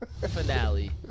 finale